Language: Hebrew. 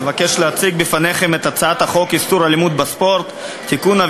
אבקש להציג בפניכם את הצעת חוק איסור אלימות בספורט (תיקון,